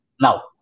Now